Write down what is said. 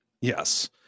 yes